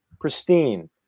pristine